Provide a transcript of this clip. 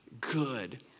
good